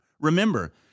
Remember